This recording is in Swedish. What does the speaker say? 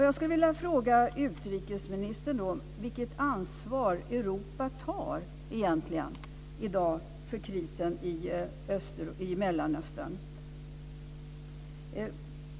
Jag vill fråga utrikesministern vilket ansvar Europa tar för krisen i Mellanöstern.